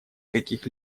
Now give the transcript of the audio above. каких